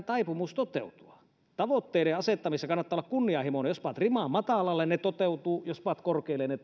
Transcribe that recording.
taipumus toteutua tavoitteiden asettamisessa kannattaa olla kunnianhimoinen jos panet riman matalalle ne toteutuvat jos panet korkealle ne